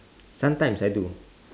sometimes I do